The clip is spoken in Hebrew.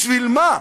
בשביל מה?